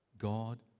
God